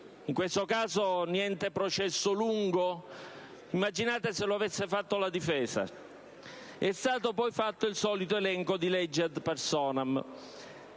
in questo caso niente processo lungo? Immaginate se lo avesse fatto la difesa! È stato poi fatto il solito elenco di leggi *ad personam*: